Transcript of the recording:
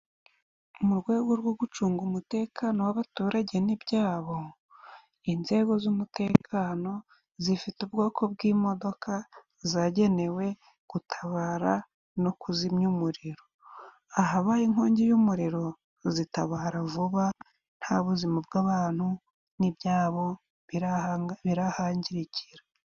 Mu rwego rwo gucunga umutekano w'abaturage n'ibyabo, inzego z'umutekano zifite ubwoko bw'imodoka zagenewe gutabara no kuzimya umuriro. Ahabaye inkongi y'umuriro, zitabara vuba nta buzima bw'abantu n'ibyabo birahangirikira.